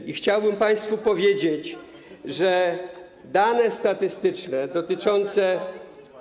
I chciałbym państwu powiedzieć, że dane statystyczne dotyczące.